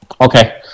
Okay